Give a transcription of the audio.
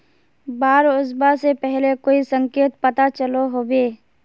बाढ़ ओसबा से पहले कोई संकेत पता चलो होबे?